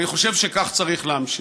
אני חושב שכך צריך להמשיך.